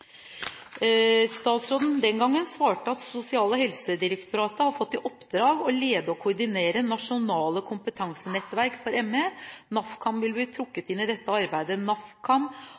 Statsråden den gangen svarte: «Sosial- og helsedirektoratet har fått i oppdrag å lede og koordinere det nasjonale kompetansenettverket for ME. NAFKAM vil bli trukket inn i dette arbeidet. NAFKAM